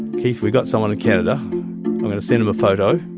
keith, we've got someone to canada. we're going to send him a photo,